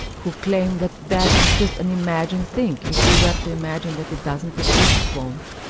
who claim that death is just an imagined thing. if we were to imagine that it doesn't exist, it won't.